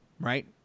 right